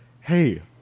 hey